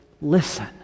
listen